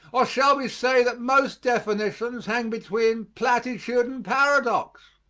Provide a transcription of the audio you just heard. or shall we say that most definitions hang between platitude and paradox?